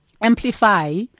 amplify